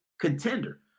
contender